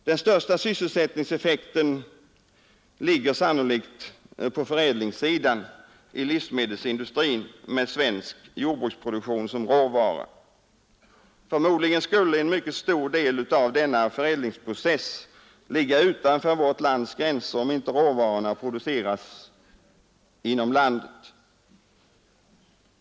Den största sysselsättningseffekten ligger sannolikt på förädlingssidan i livsmedelsindustrin med svensk jordbruksproduktion som rävara. Förmodligen skulle en mycket stor del av denna förädlingsprocess ligga utanför vart lands gränser. om inte råvarorna producerades inom landet.